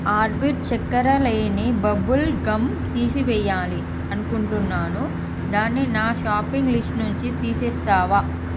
orbit చక్కర లేని bubble gum తీసివెయ్యాలి అనుకుంటున్నాను దాన్ని నా షాపింగ్ లిస్టు నుండి తీసేస్తావా